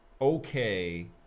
okay